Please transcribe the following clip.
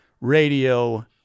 Radio